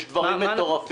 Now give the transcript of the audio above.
יש דברים מטורפים.